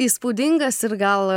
įspūdingas ir gal